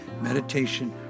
Meditation